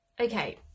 Okay